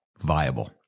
viable